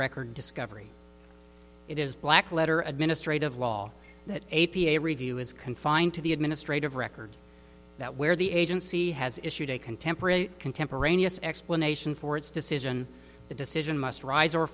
record discovery it is black letter administrative law that a p a review is confined to the administrative records that where the agency has issued a contemporary contemporaneous explanation for its decision the decision must rise